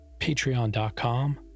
patreon.com